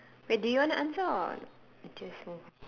wait do you want to answer or just move on